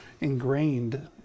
ingrained